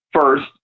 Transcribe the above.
First